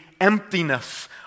emptiness